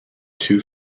too